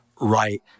right